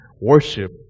worship